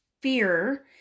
fear